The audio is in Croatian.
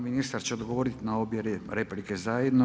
Ministar će odgovoriti na obje replike zajedno.